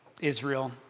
Israel